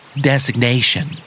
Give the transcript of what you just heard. Designation